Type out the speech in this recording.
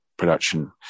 production